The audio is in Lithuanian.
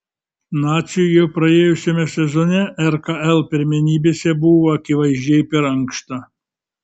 naciui jau praėjusiame sezone rkl pirmenybėse buvo akivaizdžiai per ankšta